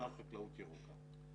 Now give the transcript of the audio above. אותה חקלאות ירוקה.